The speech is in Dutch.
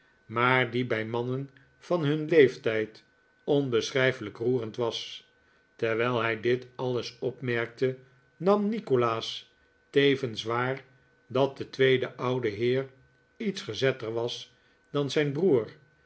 maar die bij mannen van hun leeftijd onbeschrijfelijk roerend was terwijl hij dit alles opmerkte nam nikolaas tevens waar dat de tweede oude heer iets gezetter was dan zijn broer